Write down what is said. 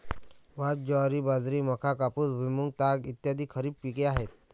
भात, ज्वारी, बाजरी, मका, कापूस, भुईमूग, ताग इ खरीप पिके आहेत